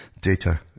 data